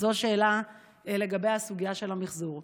זו שאלה לגבי הסוגיה של המחזור.